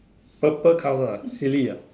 purple colour ah silly ah